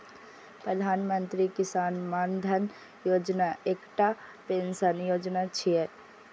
प्रधानमंत्री किसान मानधन योजना एकटा पेंशन योजना छियै